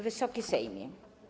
Wysoki Sejmie!